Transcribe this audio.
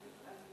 חבר הכנסת